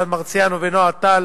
אילן מרסיאנו ונועה טל,